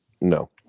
No